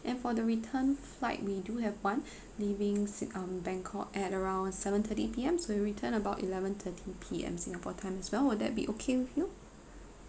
and for the return flight we do have one leaving sing~ um bangkok at around seven thirty P_M so you return about eleven thirty P_M singapore time as well will that be okay with you